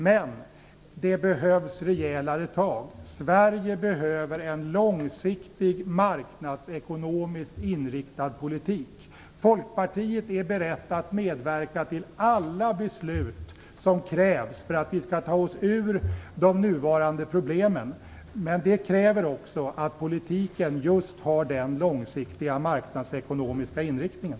Men det behövs rejälare tag. Sverige behöver en långsiktig, marknadsekonomiskt inriktad politik. Folkpartiet är berett att medverka till alla beslut som krävs för att vi skall ta oss ur de nuvarande problemen. Men det kräver också att politiken har just den långsiktiga, marknadsekonomiska inriktningen.